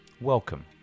Welcome